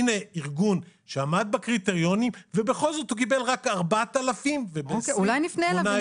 הינה ארגון שעמד בקריטריונים ובכל זאת הוא קיבל רק 4,000 שקל.